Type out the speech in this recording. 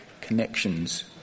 connections